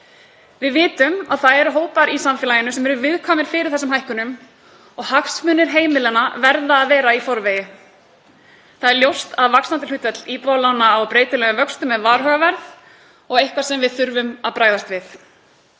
Við vitum að það eru hópar í samfélaginu sem eru viðkvæmir fyrir þessum hækkunum og hagsmunir heimilanna verða að vera í forgangi. Það er ljóst að vaxandi hlutfall íbúðalána á breytilegum vöxtum er varhugavert og eitthvað sem við þurfum að bregðast við.